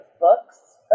books